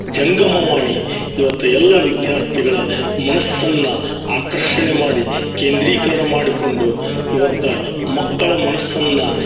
ಜಂಗಮವಾಣಿ ಇವತ್ತು ಎಲ್ಲ ವಿದ್ಯಾರ್ಥಿಗಳ ಮನಸ್ಸನ್ನು ಆಕರ್ಷಣೆ ಮಾಡಿ ಕೇಂದ್ರೀಕರಣ ಮಾಡಿಕೊಂಡು ಇವತ್ತು ಮಕ್ಕಳ ಮನಸ್ಸನ್ನು